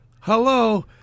Hello